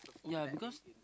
yea because